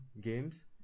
games